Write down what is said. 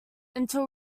until